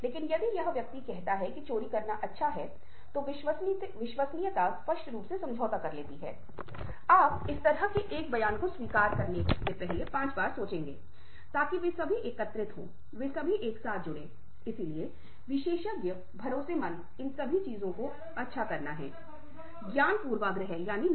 इसलिए यदि आप जागरूकता विकसित करते हैं और पहचानते हैं कि कौन से अंक हैं जो आपत्तिजनक लग रहे हैं तो आप स्पष्टता की एक निश्चित डिग्री विकसित करते हैं आपको पता चलता है कि यह व्यक्ति वास्तव में आक्रामक है या नहीं